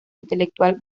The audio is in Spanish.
intelectual